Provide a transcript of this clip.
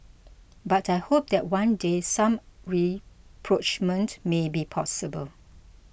but I hope that one day some rapprochement may be possible